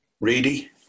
Reedy